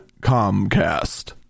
Comcast